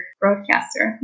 broadcaster